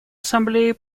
ассамблеи